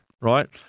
Right